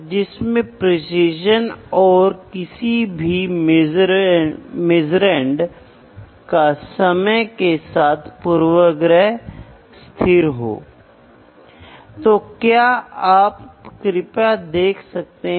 तो यहाँ उदाहरण हैं आप शायद 2002 मिलीमीटर का एक शाफ्ट बना रहे हैं और यहाँ आप एक स्केल या वर्नियर चुनने की कोशिश कर रहे हैं या आप एक स्क्रू गेज लेने की कोशिश कर रहे हैं जो इस 2002 को माप सकता है